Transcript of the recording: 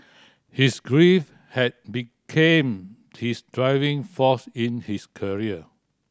his grief had became his driving force in his career